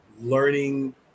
learning